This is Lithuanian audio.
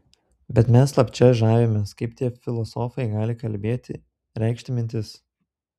bet mes slapčia žavimės kaip tie filosofai gali kalbėti reikšti mintis